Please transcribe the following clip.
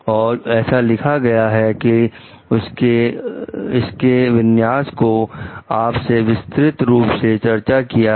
और ऐसा लिखा गया है कि उसने इसके विन्यास को आपसे विस्तार रूप से चर्चा किया है